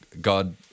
God